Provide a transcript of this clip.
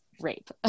rape